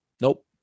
Nope